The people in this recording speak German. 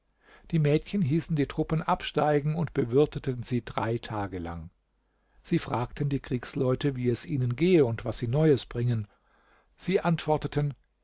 die mädchen hießen die truppen absteigen und bewirteten sie drei tage lang sie fragten die kriegsleute wie es ihnen gehe und was sie neues bringen sie antworteten